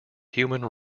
human